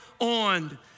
on